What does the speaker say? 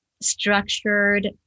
structured